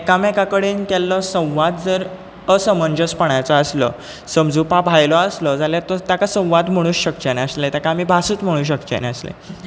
एकामेकां कडेन केल्लो संवाद जर असमंजसपणाचो आसलो समजुपा भायलो आसलो जाल्यार तो ताका संवाद म्हुणूंक शकचे नासले ताका आमी भासूच म्हणू शकचे नासले